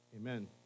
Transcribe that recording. Amen